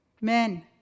men